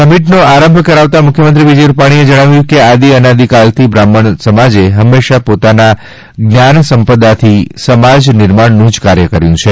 સમિટનો આરંભ કરવામાં મુખ્યમંત્રી વિજય રૂપાણીએ જણાવ્યું કે આદિ અનાદિકાલથી બ્રાહ્મણ સમાજે હંમેશા પોતાની જ્ઞાન સંપદાથી સમાજ નિર્માણનું જ કાર્ય કર્યું છે